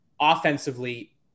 offensively